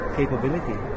capability